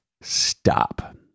stop